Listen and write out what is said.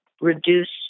reduce